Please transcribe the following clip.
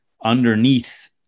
underneath